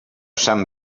sant